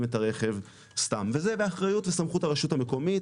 את הרכב סתם וזה באחריות וסמכות הרשות המקומית,